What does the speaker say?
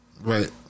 Right